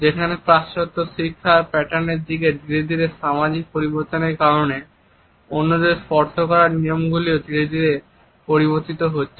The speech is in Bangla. যেখানে পাশ্চাত্য শিক্ষার প্যাটার্নের দিকে ধীরে ধীরে সামাজিক পরিবর্তনের কারণে অন্যদের স্পর্শ করার নিয়মগুলিও ধীরে ধীরে পরিবর্তিত হচ্ছে